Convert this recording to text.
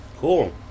Cool